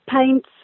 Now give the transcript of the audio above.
paints